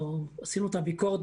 או עשינו את הביקורת,